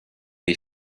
die